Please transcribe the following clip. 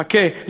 חכה,